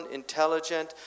intelligent